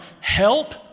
help